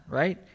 right